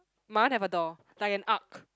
my one have a door like an arc